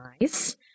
nice